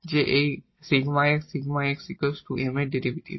যে এই 𝜕𝑥 𝜕𝑥 M এর ডেরিভেটিভ